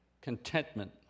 contentment